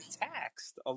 taxed